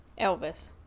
elvis